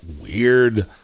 weird